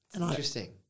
interesting